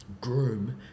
Groom